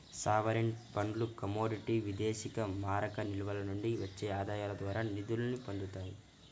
sovereign ఫండ్లు commodity విదేశీమారక నిల్వల నుండి వచ్చే ఆదాయాల ద్వారా నిధుల్ని పొందుతాయి